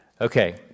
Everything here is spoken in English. Okay